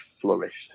flourished